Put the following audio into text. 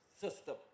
system